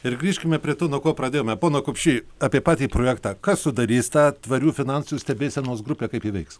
ir grįžkime prie to nuo ko pradėjome pone kupšy apie patį projektą kas sudarys tą tvarių finansų stebėsenos grupę kaip ji veiks